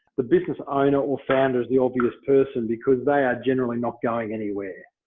the business owner or founders the obvious person because they are generally not going anywhere.